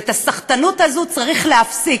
ואת הסחטנות הזו צריך להפסיק.